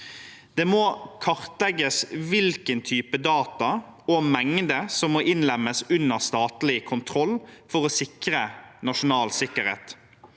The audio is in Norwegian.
Det må kartlegges hvilken type data og mengde som må innlemmes under statlig kontroll for å sikre nasjonal sikkerhet.